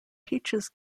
peaches